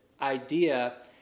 idea